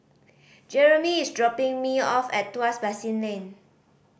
Jeramy is dropping me off at Tuas Basin Lane